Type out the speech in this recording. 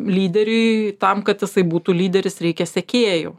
lyderiui tam kad jisai būtų lyderis reikia sekėjų